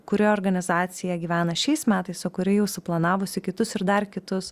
kuri organizacija gyvena šiais metais o kuri jau suplanavusi kitus ir dar kitus